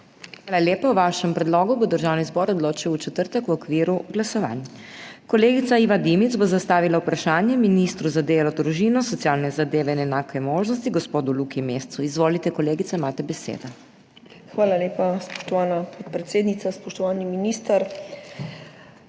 Hvala lepa. O vašem predlogu bo Državni zbor odločil v četrtek v okviru glasovanj. Kolegica Iva Dimic bo zastavila vprašanje ministru za delo, družino, socialne zadeve in enake možnosti gospodu Luki Mescu. Izvolite, kolegica, imate besedo. **IVA DIMIC (PS NSi):** Hvala lepa, spoštovana podpredsednica. Spoštovani minister!